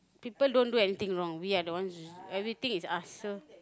people don't do anything wrong we are the ones everything is us